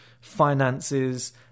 finances